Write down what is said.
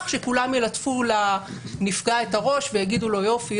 שכולם ילטפו לנפגע את הראש ויגידו לו: יופי,